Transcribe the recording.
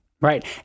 Right